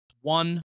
one